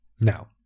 Now